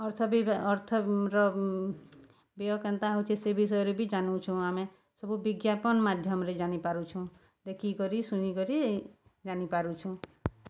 ଅର୍ଥ ଅର୍ଥର ବ୍ୟୟ କେନ୍ତା ହଉଛେ ସେ ବିଷୟରେ ବି ଜାନୁଛୁଁ ଆମେ ସବୁ ବିଜ୍ଞାପନଁ ମାଧ୍ୟମରେ ଜାନିପାରୁଛୁଁ ଦେଖିକରି ଶୁନିକରି ଜାନିପାରୁଛୁଁ